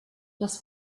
das